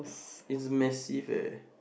it's massive eh